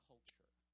Culture